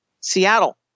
seattle